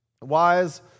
Wise